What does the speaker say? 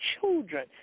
children